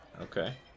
Okay